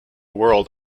world